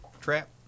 trap